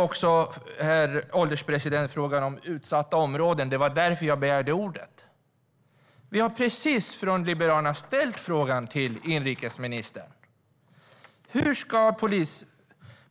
Arhe Hamednaca nämnde också frågan om utsatta områden. Det var därför som jag begärde ordet. Vi från Liberalerna har just ställt följande fråga till inrikesministern: Hur ska